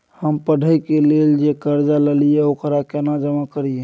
हम पढ़े के लेल जे कर्जा ललिये ओकरा केना जमा करिए?